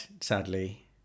sadly